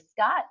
Scott